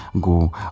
go